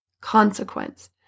consequence